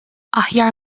aħjar